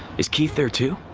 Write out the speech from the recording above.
is keith there too?